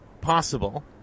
possible